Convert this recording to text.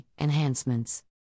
enhancements